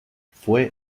fue